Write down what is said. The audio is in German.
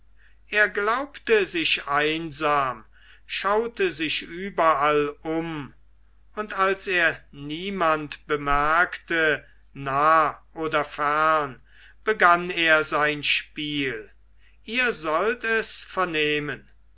er glaubte sich einsam schaute sich überall um und als er niemand bemerkte nah oder fern begann er sein spiel ihr sollt es vernehmen